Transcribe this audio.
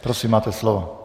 Prosím, máte slovo.